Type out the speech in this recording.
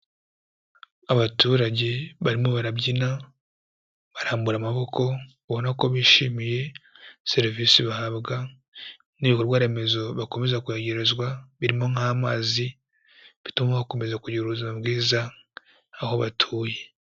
Abaturage barimo barabyina, barambura amaboko, ubona ko bishimiye serivisi bahabwa n'ibikorwa remezo bakomeza kwegerezwa, birimo nk'amazi, bituma bakomeza kugira ubuzima bwiza aho batuye.